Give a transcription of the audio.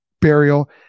burial